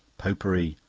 popery,